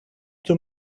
too